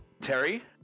Terry